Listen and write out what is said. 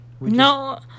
No